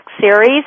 Series